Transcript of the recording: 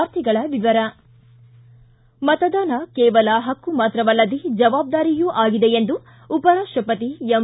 ವಾರ್ತೆಗಳ ವಿವರ ಮತದಾನ ಕೇವಲ ಹಕ್ಕು ಮಾತ್ರವಲ್ಲದೇ ಜವಾಬ್ದಾರಿಯೂ ಆಗಿದೆ ಎಂದು ಉಪರಾಷ್ಟಪತಿ ಎಂ